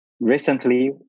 recently